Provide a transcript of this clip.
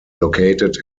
located